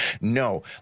No